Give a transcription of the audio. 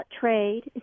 trade